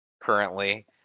currently